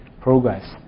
progress